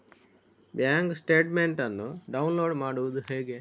Bank statement ಅನ್ನು download ಮಾಡುವುದು ಹೇಗೆ?